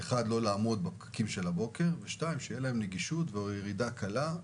לא לעמוד בפקקים של הבוקר ושתהיה לה נגישות וירידה קלה.